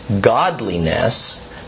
godliness